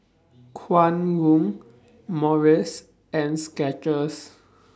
Kwan Loong Morries and Skechers